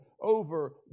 over